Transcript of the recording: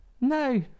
No